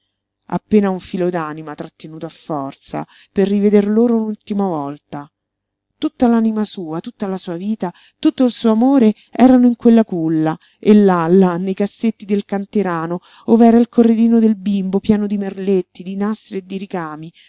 appena un filo d'anima trattenuto a forza per riveder loro un'ultima volta tutta l'anima sua tutta la sua vita tutto il suo amore erano in quella culla e là là nei cassetti del canterano ov'era il corredino del bimbo pieno di merletti di nastri e di ricami